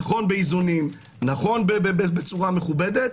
נכון באיזונים, נכון בצורה מכובדת.